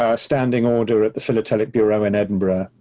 ah standing order at the philatelic bureau in edinburgh,